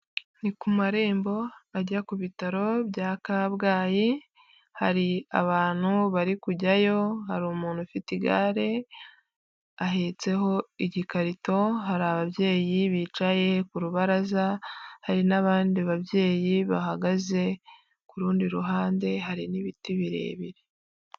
Ni ku marembo ajya ku bitaro bya Kabgayi, hari abantu bari kujyayo, hari umuntu ufite igare ahetseho igikarito, hari ababyeyi bicaye ku rubaraza, hari n'abandi babyeyi bahagaze ku rundi ruhande hari n'ibiti birebire.